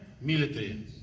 military